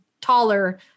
taller